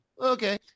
okay